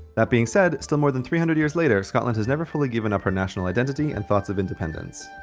that being said, still more than three hundred years later, scotland has never fully given up her national identity and thoughts of independence.